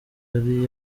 yari